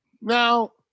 Now